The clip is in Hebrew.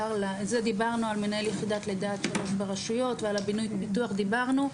דיברנו על מנהל יחידת לידה ברשויות ועל בינוי ופיתוח דיברנו.